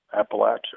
Appalachia